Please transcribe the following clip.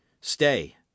stay